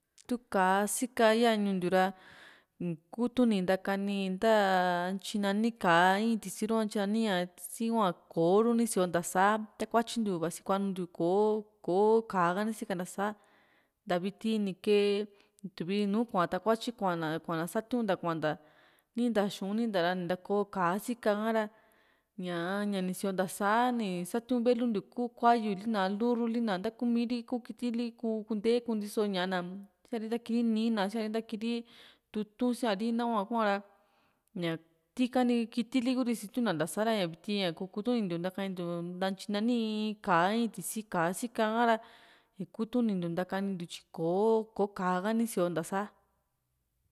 tuu ka´a sika ya ñuu ntiu ra in kutunu ntakani ta ntyi nani kap a in tisiru ka ntyi nani´a si hua kò´o ru ni sio ntasa takuatyintiu vasi kuanuntiu kò´o kò´o ka´a ha ni sika ntasaa nta viti ni kee tuvi nu kuaa takuatyi kua´na kuanta sa tiu´n nta kuanta ni nta xu´u ni nta ra ni ntakoo ka´a sika ká´ra ña ñá ni sioo ntasa´i satiu´n velu ntiu kuu kuayuli na lurruli na ntakumi ri kitili ku kunte kunti´so ñaa na síari ntakiri nìì na síari ntaki ri tutun síari nahua kuara ña ti´ka ni kitili Kuri ni sitiuna ntasa ra ña viti ña kuu kutu´ni ntiu ntakanintiu ntatyi nani in in ka´a in tisi ka´a tu sika ha´ra iku tunintiu ntakani ntiu tyi kò´o kò´o ka´a ha ni sioo nta sá